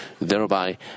thereby